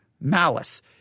malice